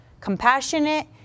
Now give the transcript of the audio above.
compassionate